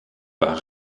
par